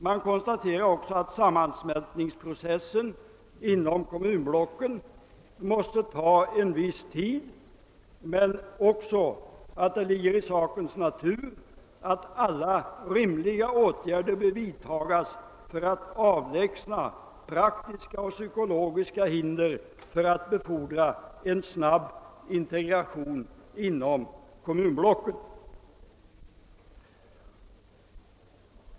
Man konstaterade också att sammansmältningsprocessen inom kommunblocken måste ta en viss tid men också att det ligger i sakens natur att alla rimliga åtgärder bör vidtagas för att avlägsna praktiska och psykologiska hinder för att befordra en snabb integration inom kommunblocken.